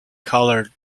colored